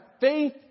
faith